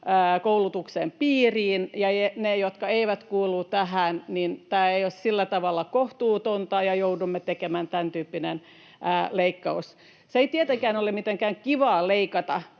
koulutuksen piiriin, ja että niille, jotka eivät kuulu tähän, tämä ei ole sillä tavalla kohtuutonta, ja niin joudumme tekemään tämäntyyppisen leikkauksen. Se ei tietenkään ole mitenkään kivaa leikata,